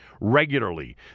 regularly